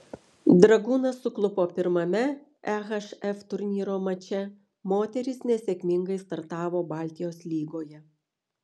dragūnas suklupo pirmame ehf turnyro mače moterys nesėkmingai startavo baltijos lygoje